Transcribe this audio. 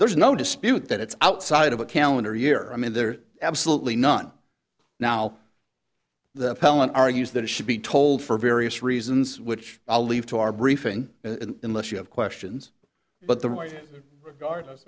there's no dispute that it's outside of a calendar year i mean there's absolutely none now that helen argues that it should be told for various reasons which i'll leave to our briefing unless you have questions but